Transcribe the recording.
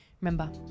remember